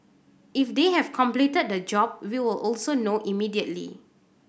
if they have completed the job we will also know immediately